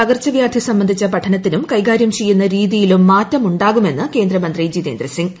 പകർച്ച വ്യാനി സംബന്ധിച്ച പഠനത്തിലും കൈകാര്യം ചെയ്യുന്ന രീതിയിലും മാറ്റം ഉണ്ടാക്ടു്മെന്ന് കേന്ദ്ര മന്ത്രി ജിതേന്ദ്ര സിംഗ്